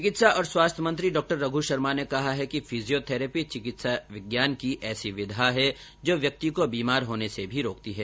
चिकित्सा और स्वास्थ्य मंत्री डॉ रघ् शर्मा ने कहा है कि फिजियोथैरेपी चिकित्सा विज्ञान की ऐसी विधा है जो व्यक्ति को बीमार होने से भी रोकॅती है